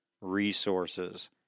resources